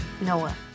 Noah